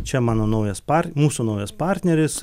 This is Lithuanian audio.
čia mano naujas par mūsų naujas partneris